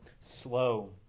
slow